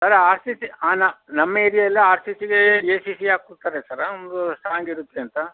sir R C C ಆನ ನಮ್ಮ ಏರಿಯಾಲ್ಲಿ ಆರ್ ಸಿ ಸಿಗೆ ಎ ಸಿ ಸಿ ಹಾಕ್ಕೊಡ್ತಾರೆ ಸರ್ ಒಂದು ಸ್ಟ್ರಾಂಗ್ ಇರುತ್ತೆ ಅಂತ